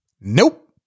nope